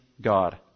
God